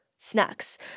snacks